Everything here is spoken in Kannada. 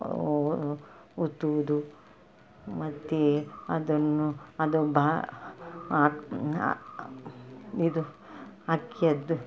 ಉತ್ತುವುದು ಮತ್ತೆ ಅದನ್ನು ಅದು ಬಾ ಇದು ಅಕ್ಕಿಯದ್ದು